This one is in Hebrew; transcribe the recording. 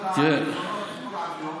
ממשלת ישראל